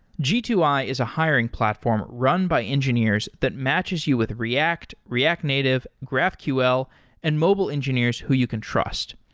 g two i is a hiring platform run by engineers that matches you with react, react native, graphql and mobile engineers who you can trust.